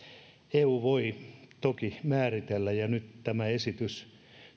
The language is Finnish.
eu voi toki määritellä ja nyt tämä esitys